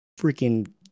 freaking